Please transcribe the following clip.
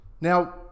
Now